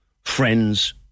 friends